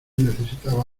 necesitaba